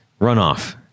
runoff